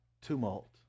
tumult